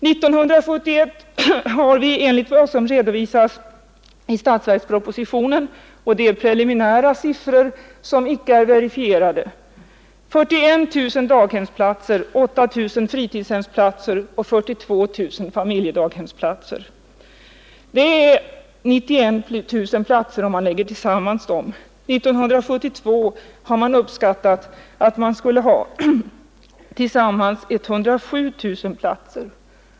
1971 har vi enligt vad som redovisats i statsverkspropositionen — det är preliminära siffror som icke är verifierade — 41 000 daghemsplatser, 8 000 fritidshemsplatser och 42000 familjedaghemsplatser. Det är tillsammans 91 000 platser. 1972 har man uppskattat att vi skulle ha tillsammans 107 000 platser.